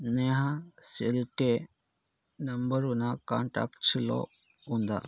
Neha Shelke number నా కాంటాక్ట్స్లో ఉందా